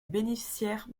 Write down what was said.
bénéficiaire